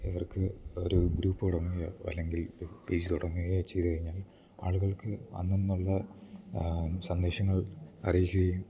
ഇവർക്ക് ഒരു ഗ്രൂപ്പ് തുടങ്ങുകയോ അല്ലെങ്കിൽ പേജ് തുടങ്ങുകയോ ചെയ്തു കഴിഞ്ഞാൽ ആളുകൾക്ക് അന്നന്നുള്ള സന്ദേശങ്ങൾ അറിയിക്കുകയും